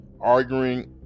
arguing